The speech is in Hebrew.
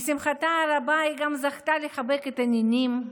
לשמחתה הרבה, היא גם זכתה לחבק את הנינים.